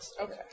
Okay